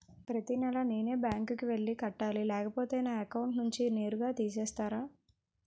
ప్రతి నెల నేనే బ్యాంక్ కి వెళ్లి కట్టాలి లేకపోతే నా అకౌంట్ నుంచి నేరుగా తీసేస్తర?